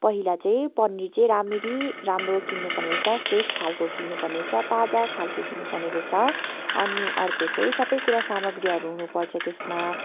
पहिला चाहिँ पनिर चाहिँ राम्रारी राम्रो किन्नु पर्ने रहेछ फ्रेस खालको किन्नु पर्ने रहेछ ताजा खालको किन्नु पर्ने रहेछ अनि अर्को चाहिँ सबै कुरा सामग्रीहरू हुनु पर्छ त्यसमा